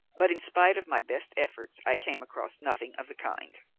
but in spite of my best efforts i came across nothing of the kind.